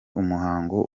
umuhango